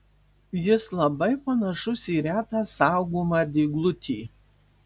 jis labai panašus į retą saugomą dyglutį